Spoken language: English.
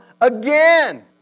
again